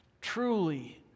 truly